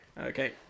Okay